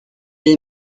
est